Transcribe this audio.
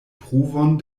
pruvon